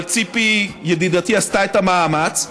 אבל ציפי ידידתי עשתה את המאמץ.